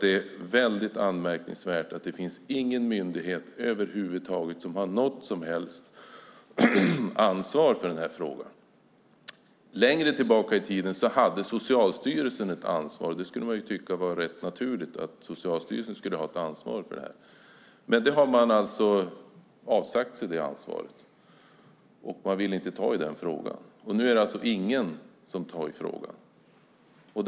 Det är anmärkningsvärt att ingen myndighet över huvud taget har något som helst ansvar för frågan. Längre tillbaka i tiden hade Socialstyrelsen ett ansvar. Man kan tycka att det är rätt naturligt att Socialstyrelsen har ett ansvar för frågan. Men det ansvaret har man avsagt sig; man vill inte ta i frågan. Nu är det alltså ingen som gör det.